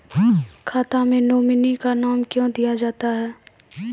खाता मे नोमिनी का नाम क्यो दिया जाता हैं?